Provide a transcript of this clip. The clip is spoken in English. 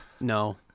No